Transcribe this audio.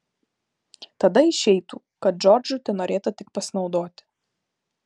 tada išeitų kad džordžu tenorėta tik pasinaudoti